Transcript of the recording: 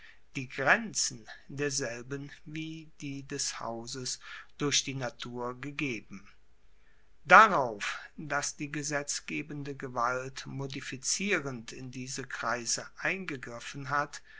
die grenzen derselben wie die des hauses durch die natur gegeben darauf dass die gesetzgebende gewalt modifizierend in diese kreise eingegriffen hat